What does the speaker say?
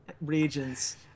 regions